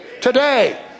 today